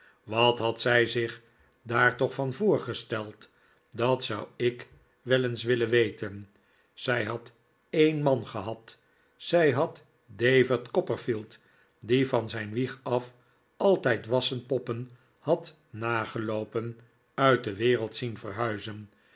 wat had zij ich daar toch van voorgesteld dat zou ik wel eens willen weten zij had een man gehad zij had david copperfield die van zijn wieg af altijd wassen poppen had nageloopen uit de wereld zien verhuizen